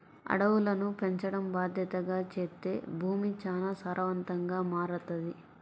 అడవులను పెంచడం బాద్దెతగా చేత్తే భూమి చానా సారవంతంగా మారతది